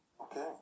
Okay